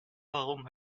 warum